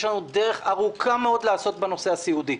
יש לנו דרך ארוכה מאוד לעשות בנושא הסיעודי.